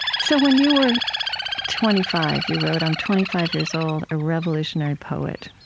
so when you were twenty five, you wrote, i'm twenty five years old, a revolutionary poet.